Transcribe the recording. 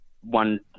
one